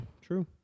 true